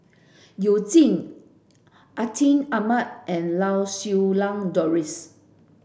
You Jin Atin Amat and Lau Siew Lang Doris